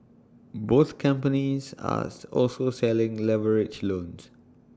both companies as also selling leveraged loans